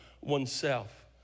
oneself